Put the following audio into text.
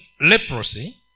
leprosy